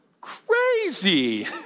Crazy